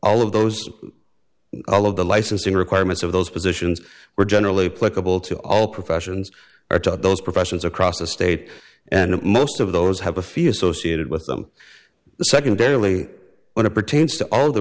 all of those all of the licensing requirements of those positions were generally pleasurable to all professions or to those professions across the state and most of those have a few associated with them secondarily when it pertains to all the